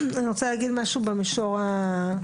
אני רוצה להגיד משהו במישור העקרוני.